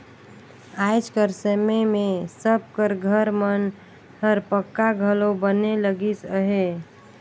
आएज कर समे मे सब कर घर मन हर पक्का घलो बने लगिस अहे